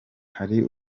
hari